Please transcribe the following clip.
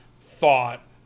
thought